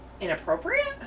inappropriate